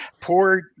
Poor